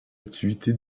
activité